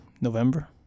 November